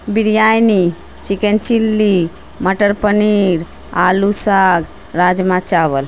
biryani chicken chilli مٹر پنیر آلو ساگ راجما چاول